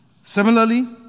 Similarly